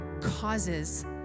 causes